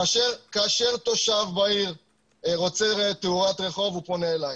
כאשר תושב העיר רוצה תאורת רחוב, הוא פונה אלי.